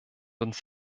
uns